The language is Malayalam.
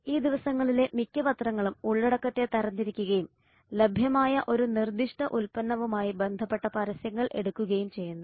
ഈ ദിവസങ്ങളിലെ മിക്ക പത്രങ്ങളും ഉള്ളടക്കത്തെ തരംതിരിക്കുകയും ലഭ്യമായ ഒരു നിർദ്ദിഷ്ട ഉൽപ്പന്നവുമായി ബന്ധപ്പെട്ട പരസ്യങ്ങൾ എടുക്കുകയും ചെയ്യുന്നു